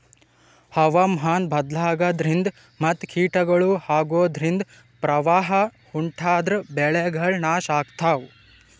ಹವಾಮಾನ್ ಬದ್ಲಾಗದ್ರಿನ್ದ ಮತ್ ಕೀಟಗಳು ಅಗೋದ್ರಿಂದ ಪ್ರವಾಹ್ ಉಂಟಾದ್ರ ಬೆಳೆಗಳ್ ನಾಶ್ ಆಗ್ತಾವ